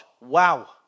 Wow